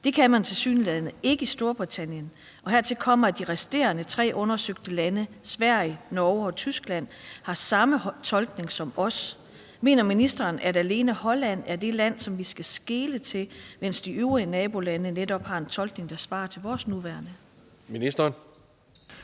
Det kan man tilsyneladende ikke i Storbritannien. Hertil kommer, at man i de resterende tre undersøgte lande, Sverige, Norge, og Tyskland, har den samme tolkning som os. Mener ministeren, at det alene er Holland, som vi skal skele til, mens de øvrige nabolande netop har en tolkning, der svarer til vores nuværende?